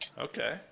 Okay